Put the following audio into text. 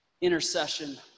intercession